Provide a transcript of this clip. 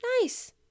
Nice